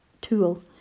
tool